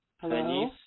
Hello